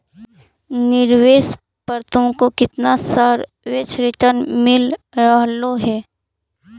निवेश पर तुमको कितना सापेक्ष रिटर्न मिल रहलो हे